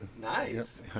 Nice